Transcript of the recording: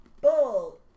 Bull